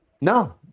No